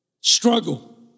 struggle